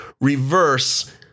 Reverse